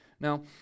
Now